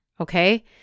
Okay